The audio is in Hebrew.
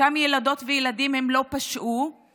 אותם ילדות וילדים לא פשעו,